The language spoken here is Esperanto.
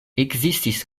ekzistis